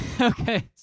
okay